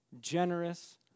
generous